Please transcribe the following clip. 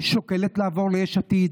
שוקלת לעבור ליש עתיד.